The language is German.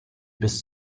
bis